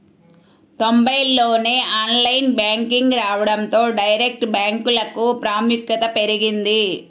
తొంబైల్లోనే online banking రావడంతో direct బ్యాంకులకు ప్రాముఖ్యత పెరిగింది